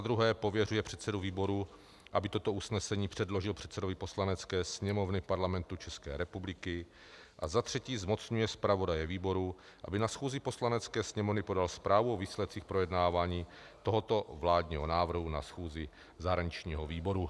Za druhé pověřuje předsedu výboru, aby toto usnesení předložil předsedovi Poslanecké sněmovny Parlamentu České republiky, a za třetí zmocňuje zpravodaje výboru, aby na schůzi Poslanecké sněmovny podal zprávu o výsledcích projednávání tohoto vládního návrhu na schůzi zahraničního výboru.